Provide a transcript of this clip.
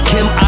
Kim